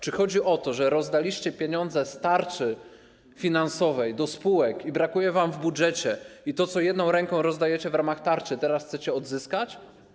Czy chodzi o to, że rozdaliście pieniądze z tarczy finansowej do spółek, brakuje wam w budżecie i to, co jedną ręką rozdajecie w ramach tarczy, teraz chcecie odzyskać?